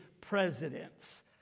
presidents